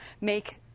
make